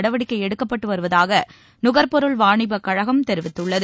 நடவடிக்கை எடுக்கப்பட்டு வருவதாக நுகர்பொருள் வாணிபக் கழகம் தெரிவித்துள்ளது